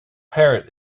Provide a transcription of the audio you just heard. parrot